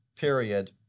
Period